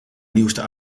nieuwste